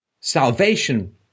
salvation